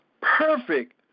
perfect